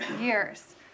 years